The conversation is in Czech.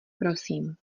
prosím